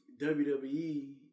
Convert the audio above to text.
WWE